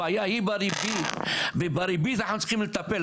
הבעיה היא בריבית ובריבית אנחנו צריכים לטפל.